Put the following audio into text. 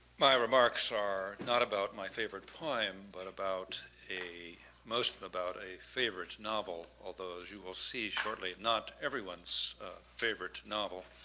my remarks are not about my favorite poem but about a mostly about a favorite novel, although as you will see shortly, not everyone's favorite novel.